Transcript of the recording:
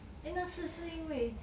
then 那次是因为